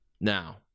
Now